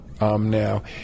now